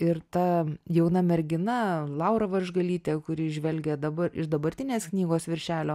ir ta jauna mergina laura varžgalytė kuri žvelgia dabar iš dabartinės knygos viršelio